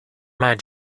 might